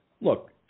Look